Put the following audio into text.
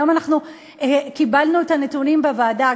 היום אנחנו קיבלנו את הנתונים בוועדה,